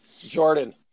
Jordan